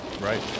Right